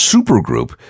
Supergroup